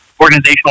organizational